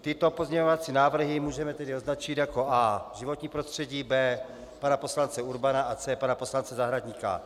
Tyto pozměňovací návrhy můžeme tedy označit jako A životní prostředí, B pana poslance Urbana a C pana poslance Zahradníka.